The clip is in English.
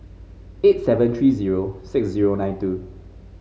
eight seven three zero six zero nine two